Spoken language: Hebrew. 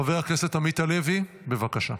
חבר הכנסת עמית הלוי, בבקשה.